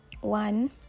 one